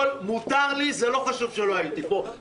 (התקנת מערכת לייצור חשמל מאנרגיית חשמל או מתקן אגירה בבית משותף),